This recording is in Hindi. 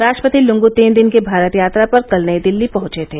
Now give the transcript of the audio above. राष्ट्रपति लुंगू तीन दिन की भारत यात्रा पर कल नई दिल्ली पहंचे थे